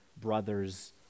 brothers